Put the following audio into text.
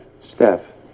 Steph